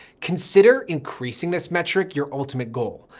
consider increasing this metric, your ultimate goal,